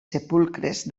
sepulcres